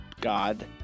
god